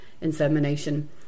insemination